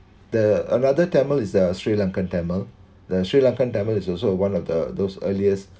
the another tamil is the sri lankan tamil the sri lankan tamil is also one of the those earliest